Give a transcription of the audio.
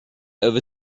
over